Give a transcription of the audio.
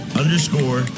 underscore